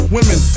Women